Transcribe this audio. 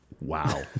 Wow